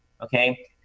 Okay